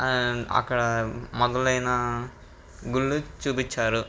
అక్కడ మొదలైన గుళ్ళు చూపించారు